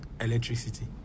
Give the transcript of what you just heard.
electricity